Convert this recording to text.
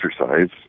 exercise